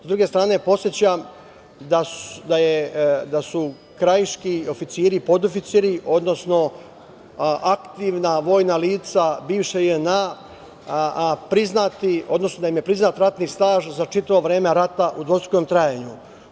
S druge strane, podsećam da su krajiški oficiri i podoficiri, odnosno aktivna vojna lica bivše JNA priznati, odnosno da im je priznat ratni staž za čitavo vreme rata u dvostrukom trajanju.